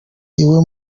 iwe